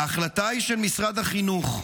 ההחלטה היא של משרד החינוך.